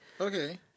Okay